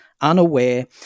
unaware